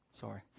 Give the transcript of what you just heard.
Sorry